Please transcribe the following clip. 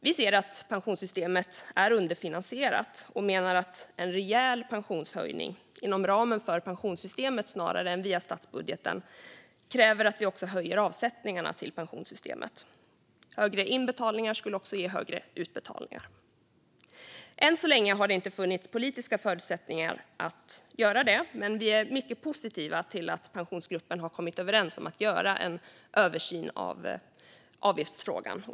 Vi ser att pensionssystemet är underfinansierat och menar att en rejäl pensionshöjning inom ramen för pensionssystemet snarare än via statsbudgeten kräver att vi också höjer avsättningarna till pensionssystemet. Högre inbetalningar skulle ge högre utbetalningar. Än så länge har det inte funnits politiska förutsättningar att göra det, men vi är mycket positiva till att Pensionsgruppen har kommit överens om att göra en översyn av avgiftsfrågan.